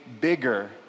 bigger